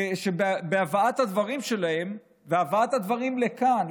הדברים שלהם ובהבאת הדברים לכאן,